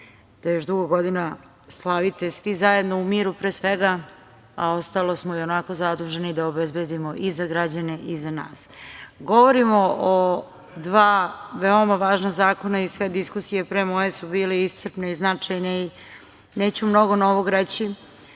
da još dugo godina slavite svi zajedno u miru, pre svega, a ostalo smo ionako zaduženi da obezbedimo i za građane i za nas. Govorimo o dva veoma važna zakona i sve diskusije pre moje su bile iscrpe i značajne i neću mnogo novog reći,